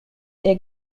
est